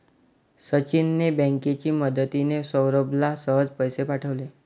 सचिनने बँकेची मदतिने, सौरभला सहज पैसे पाठवले